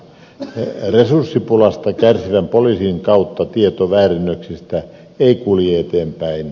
resurssipulasta kärsivän poliisin kautta tieto väärennöksistä ei kulje eteenpäin